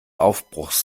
aufbruchs